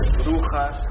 brujas